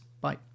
Bye